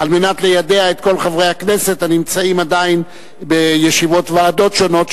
כל חברי הכנסת הנמצאים עדיין בישיבות ועדות שונות,